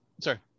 sorry